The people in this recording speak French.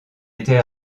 était